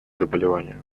заболевания